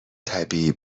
طبیعی